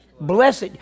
Blessed